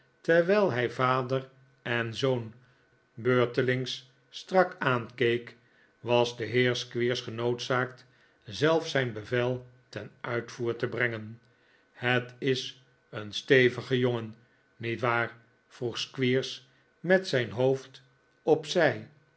terwijl hij vader en zoon beurtelings strak aankeek was de heer squeers genoodzaakt zelf zijn bevel ten uitvoer te brengen het is een stevige jongen niet waar vroeg squeers met zijn hoofd op